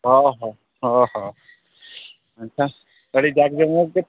ᱚᱼᱦᱚᱼᱦᱚ ᱟᱪᱪᱷᱟ ᱟᱹᱰᱤ ᱡᱟᱠᱼᱡᱚᱢᱚᱠᱜᱮ